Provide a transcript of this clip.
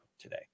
today